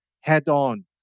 head-on